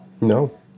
No